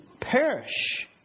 perish